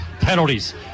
penalties